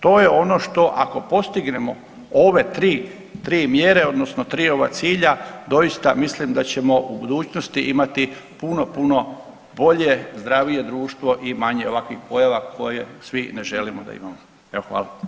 To je ono što ako postignemo ove tri mjere odnosno tri ova cilja doista mislim da ćemo u budućnosti imati puno, puno bolje, zdravije društvo i manje ovakvih pojava koje svi ne želimo da imamo.